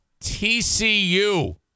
TCU